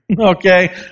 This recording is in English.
Okay